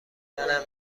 منم